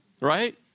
right